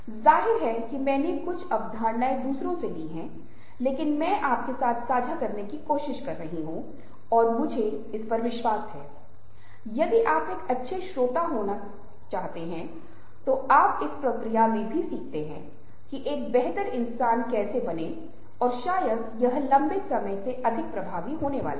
कई बार कुछ अंतराल हो सकता है या कुछ चीजें हो सकती हैं जो 100 प्रतिशत सच नहीं हो सकती हैं लेकिन ये लोग हमेशा उम्मीद करते हैं कि सब कुछ हर तरह से सही होना चाहिए